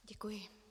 Děkuji.